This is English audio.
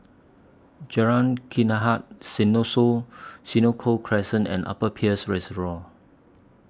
Jalan Hikayat Senoko Crescent and Upper Peirce Reservoir